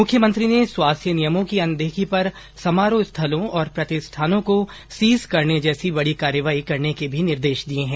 मुख्यमंत्री ने स्वास्थ्य नियमों की अनदेखी पर समारोह स्थलों और प्रतिष्ठानों को सीज करने जैसी बड़ी कार्रवाई करने के भी निर्देश दिए है